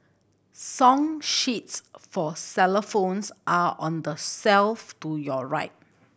song sheets for xylophones are on the shelf to your right